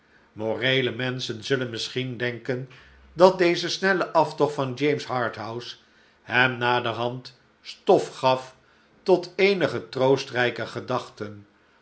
moreele menschen zullen misschien denken dat deze snelle aftocht van james harthouse hem naderhand stof gaf tot eenige troostrijke gedachten